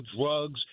drugs